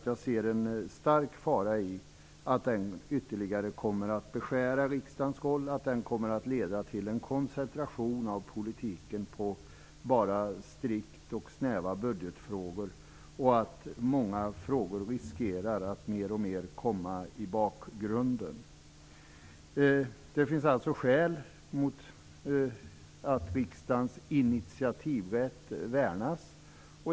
Jag ser en stor fara i att den ytterligare kommer att beskära riksdagens roll och leda till en koncentration av politiken på bara budgetfrågor. Många frågor riskerar att mer och mer komma i bakgrunden. Det finns alltså skäl att riksdagens initiativrätt värnas.